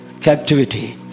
captivity